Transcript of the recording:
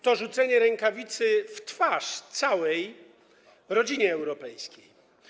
To rzucenie rękawicy w twarz całej rodzinie europejskiej.